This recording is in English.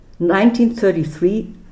1933